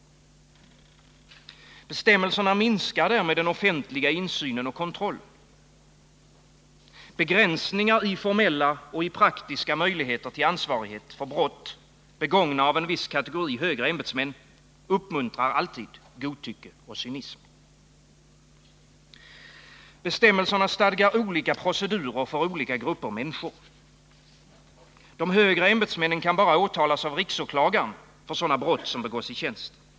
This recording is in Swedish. Bestämmelserna minskar därmed den offentliga insynen och kontrollen. Begränsningar i formella och praktiska möjligheter till ansvarighet för brott begångna av en viss kategori högre ämbetsmän uppmuntrar alltid godtycke och cynism. Bestämmelserna stadgar olika procedurer för olika grupper människor. De högre ämbetsmännen kan bara åtalas av riksåklagaren för sådana brott som begås i tjänsten.